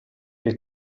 che